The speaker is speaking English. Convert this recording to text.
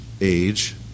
age